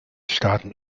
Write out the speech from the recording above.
staaten